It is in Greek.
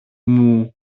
μου